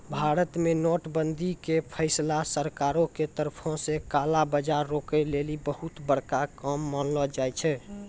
भारत मे नोट बंदी के फैसला सरकारो के तरफो से काला बजार रोकै लेली बहुते बड़का काम मानलो जाय छै